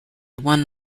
one